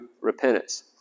repentance